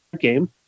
game